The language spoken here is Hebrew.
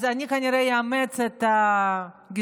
אז אני כנראה אאמץ את הגישה,